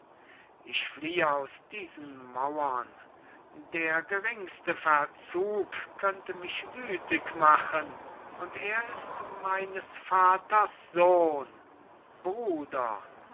ich fliehe aus diesen mauren der geringste verzug könnte mich wüthig machen und er ist meines vaters sohn bruder